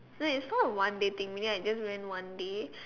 so it's not a one day thing meaning I just went one day